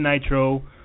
Nitro